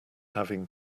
having